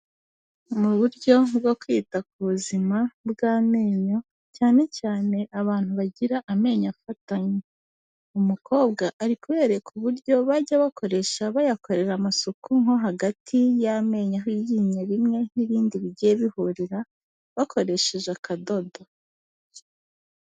Mu buryo bwo kwita ku buzima bw'amenyo, cyane cyane abantu bagira amenyo afatanye. Umukobwa ari kubereka uburyo bajya bakoresha bayakorera amasuku nko hagati y'amenyo aho iryinyo rimwe n'irindi bigiye bihurira, bakoresheje akadodo.